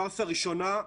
הפארסה הראשונה,